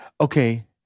okay